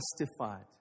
justified